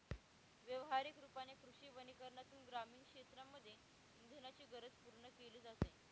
व्यवहारिक रूपाने कृषी वनीकरनातून ग्रामीण क्षेत्रांमध्ये इंधनाची गरज पूर्ण केली जाते